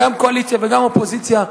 גם קואליציה וגם אופוזיציה,